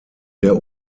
der